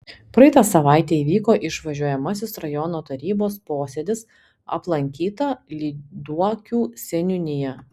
praeitą savaitę įvyko išvažiuojamasis rajono tarybos posėdis aplankyta lyduokių seniūnija